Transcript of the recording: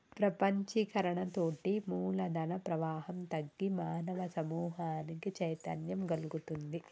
ప్రపంచీకరణతోటి మూలధన ప్రవాహం తగ్గి మానవ సమూహానికి చైతన్యం గల్గుతుంది